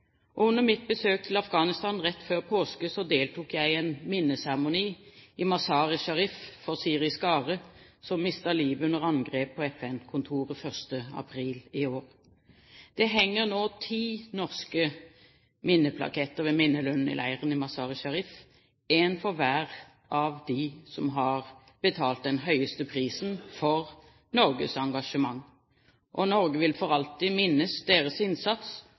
Under mitt besøk til Afghanistan rett før påske deltok jeg i en minneseremoni i Mazar-e Sharif for Siri Skare, som mistet livet under angrepet på FN-kontoret den 1. april i år. Det henger nå ti norske minneplaketter ved minnelunden i leiren i Mazar-e Sharif – én for hver av dem som har betalt den høyeste prisen for Norges engasjement. Norge vil for alltid minnes deres innsats